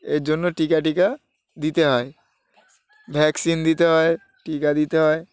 এর জন্য টিকা টিকা দিতে হয় ভ্যাকসিন দিতে হয় টিকা দিতে হয়